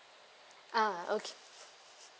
uh uh okay